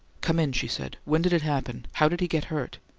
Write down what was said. come in, she said. when did it happen? how did he get hurt?